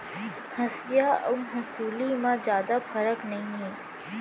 हँसिया अउ हँसुली म जादा फरक नइये